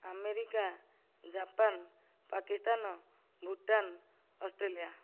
America Japan Pakistan Bhutan Australia